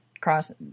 cross